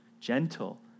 gentle